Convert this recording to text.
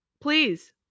please